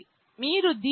మీరు దీన్ని 0